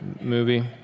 movie